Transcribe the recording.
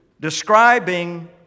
describing